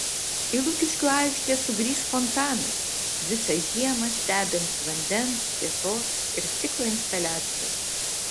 į lukiškių aikštę sugrįš fontanas visą žiemą stebins vandens šviesos ir stiklo instaliacija